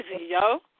yo